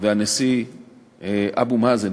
והנשיא אבו מאזן,